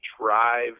drive